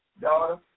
daughter